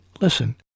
Listen